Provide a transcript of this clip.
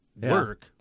work